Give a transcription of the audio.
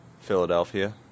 Philadelphia